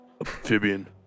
amphibian